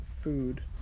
food